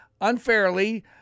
unfairly